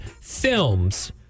films